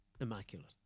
immaculate